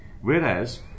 whereas